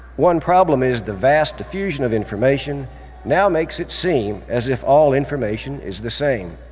one problem is the vast diffusion of information now makes it seem as if all information is the same.